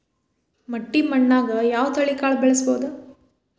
ಮಟ್ಟಿ ಮಣ್ಣಾಗ್, ಯಾವ ತಳಿ ಕಾಳ ಬೆಳ್ಸಬೋದು?